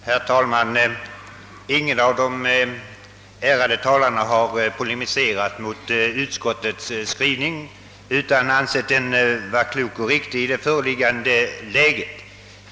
Herr talman! Ingen av de ärade talarna har polemiserat mot utskottets skrivning, utan man har ansett den vara klok och riktig i rådande läge.